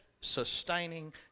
sustaining